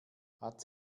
hat